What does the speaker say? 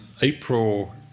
April